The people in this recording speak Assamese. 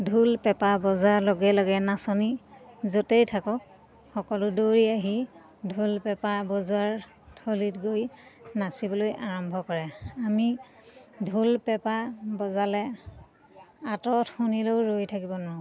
ঢোল পেঁপা বজাৰ লগে লগে নাচনী য'তেই থাকক সকলো দৌৰি আহি ঢোল পেঁপা বজোৱাৰ থলীত গৈ নাচিবলৈ আৰম্ভ কৰে আমি ঢোল পেঁপা বজালে আঁতৰত শুনিলেও ৰৈ থাকিব নোৱাৰোঁ